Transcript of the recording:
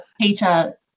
peter